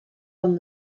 van